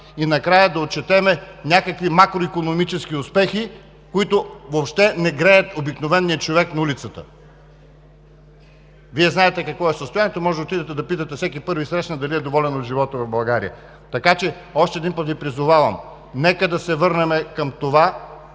и накрая да отчетем някакви макроикономически успехи, които въобще не греят обикновения човек на улицата. Вие знаете какво е състоянието, можете да отидете да питате всеки първи срещнат дали е доволен от живота в България. Още един път Ви призовавам, нека да се върнем към това,